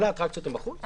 כל האטרקציות הן בחוץ?